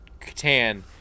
Catan